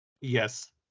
Yes